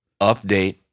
update